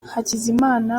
hakizimana